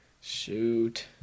Shoot